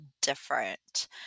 different